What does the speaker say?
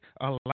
allow